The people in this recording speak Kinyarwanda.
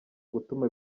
gutuma